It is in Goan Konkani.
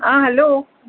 आ हॅलो